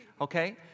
Okay